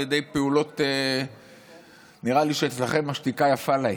ידי פעולות שנראה לי שאצלכם השתיקה יפה להם,